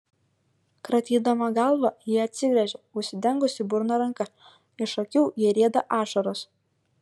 kratydama galvą ji atsigręžia užsidengusi burną ranka iš akių jai rieda ašaros